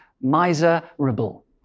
miserable